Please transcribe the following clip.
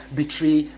betray